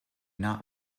not